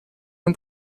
non